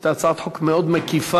הייתה הצעת חוק מאוד מקיפה.